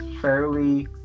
fairly